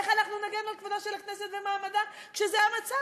איך אנחנו נגן על כבודה של הכנסת ומעמדה כשזה המצב?